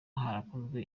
harakozwe